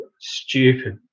stupid